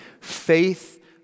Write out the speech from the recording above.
Faith